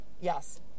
yes